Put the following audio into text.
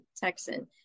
Texan